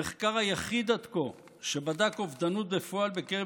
המחקר היחיד עד כה שבדק אובדנות בפועל בקרב